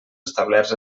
establerts